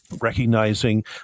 recognizing